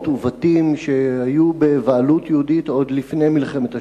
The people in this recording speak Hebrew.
ובתים שהיו בבעלות יהודית עוד לפני מלחמת השחרור,